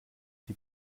die